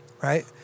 right